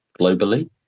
globally